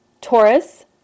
Taurus